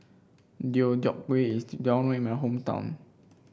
Deodeok Gui is well known in my hometown